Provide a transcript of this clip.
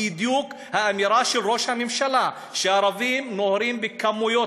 בדיוק כמו האמירה של ראש הממשלה שהערבים נוהרים בכמויות